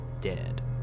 dead